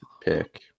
pick